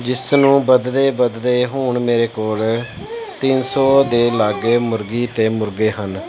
ਜਿਸ ਨੂੰ ਵਧਦੇ ਵਧਦੇ ਹੁਣ ਮੇਰੇ ਕੋਲ ਤਿੰਨ ਸੌ ਦੇ ਲਾਗੇ ਮੁਰਗੀ ਅਤੇ ਮੁਰਗੇ ਹਨ